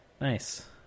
nice